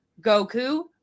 Goku